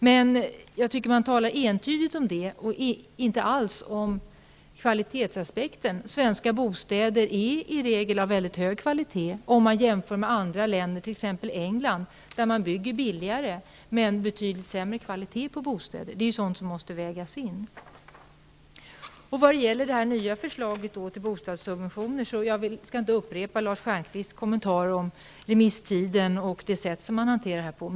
Men det talas ensidigt om detta och inte alls om kvalitetsaspekten. Svenska bostäder är i regel av mycket hög kvaltitet, om man jämför med andra länder, t.ex. med England, där man bygger billigare men med betydligt sämre kvalitet på bostäder. Det är sådant som också måste vägas in. Jag skall inte upprepa Lars Stjernkvists kommentarer angående det nya förslaget till bostadssubventioner, om remisstiden och om det sätt på vilket frågan har hanterats.